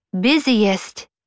busiest